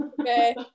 Okay